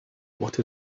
what